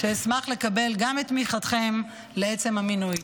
אשמח לקבל גם את תמיכתכם לעצם המינוי.